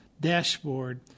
dashboard